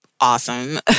Awesome